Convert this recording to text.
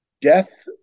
death